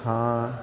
ہاں